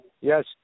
Yes